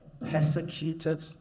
Persecuted